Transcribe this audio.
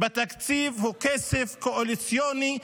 בתקציב הוא כסף קואליציוני,